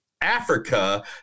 Africa